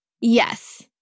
yes